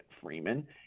Freeman